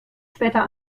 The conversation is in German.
später